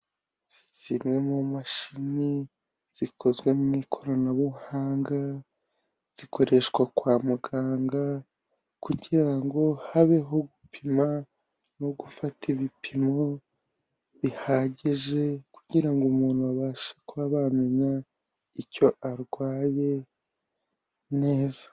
Zimwe mu mashini zikozwe mu ikoranabuhanga zikoreshwa kwa muganga kugira ngo habeho gupima no gufata ibipimo bihagije kugira ngo umuntu abashe kuba bamenya icyo arwaye neza.